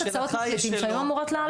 יש הצעות מחליטים שהיו אמורות לעלות.